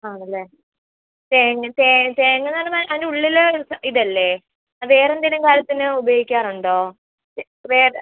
ആണല്ലേ തേങ്ങ തേ തേങ്ങ എന്ന് പറയുമ്പം അതിൻ്റെ ഉള്ളിൽ ഇതല്ലേ വേറെ എന്തെങ്കിലും കാര്യത്തിന് ഉപയോഗിക്കാറുണ്ടോ വേറെ